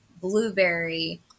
blueberry